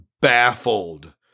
Baffled